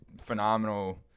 phenomenal